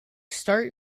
start